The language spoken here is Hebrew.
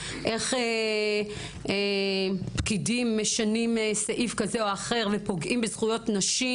איך פקידים משנים סעיף כזה או אחר ופוגעים בזכויות נשים,